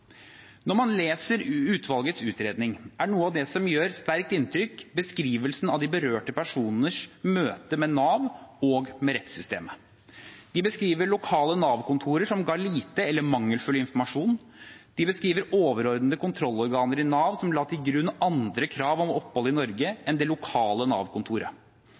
Når man leser utvalgets utredning, er noe av det som gjør sterkt inntrykk, beskrivelsen av de berørte personers møte med Nav og med rettssystemet. De beskriver lokale Nav-kontorer som ga lite eller mangelfull informasjon. De beskriver overordnede kontrollorganer i Nav som la til grunn andre krav om opphold i Norge enn det lokale